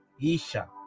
Isha